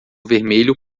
vermelho